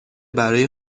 برای